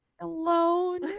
Alone